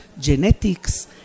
genetics